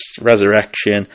resurrection